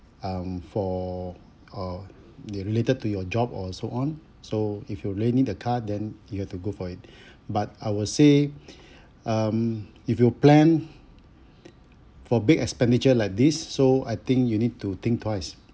um for uh related to your job or so on so if you really need the car then you have to go for it but I will say um if your plan for big expenditure like this so I think you need to think twice